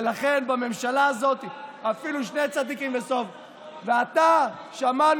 ולכן, בממשלה הזאת, אפילו שני צדיקים בסוף.